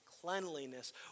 cleanliness